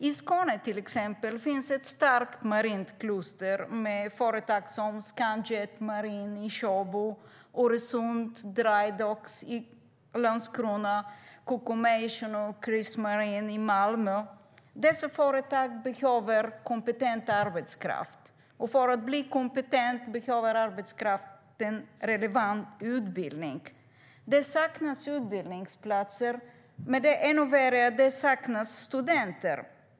I Skåne finns till exempel ett starkt marint kluster med företag som Scanjet Marine i Sjöbo, Öresund Drydocks i Landskrona och Kockumation och Chris-Marine i Malmö. Dessa företag behöver kompetent arbetskraft. För att bli kompetent behöver arbetskraften relevant utbildning. Det saknas utbildningsplatser, men ännu värre är att det saknas studenter.